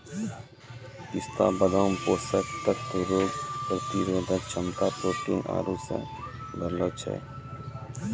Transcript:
पिस्ता बादाम पोषक तत्व रोग प्रतिरोधक क्षमता प्रोटीन आरु से भरलो छै